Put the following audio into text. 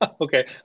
Okay